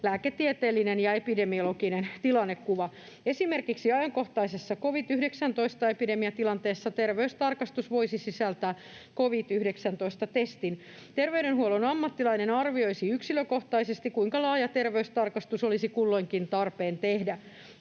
lääketieteellinen ja epidemiologinen tilannekuva. Esimerkiksi ajankohtaisessa covid-19-epidemiatilanteessa terveystarkastus voisi sisältää covid-19-testin. Terveydenhuollon ammattilainen arvioisi yksilökohtaisesti, kuinka laaja terveystarkastus olisi kulloinkin tarpeen tehdä.